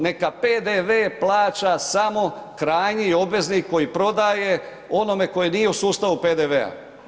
Neka PDV plaća samo krajnji obveznik koji prodaje onome koji nije u sustavu PDV-a.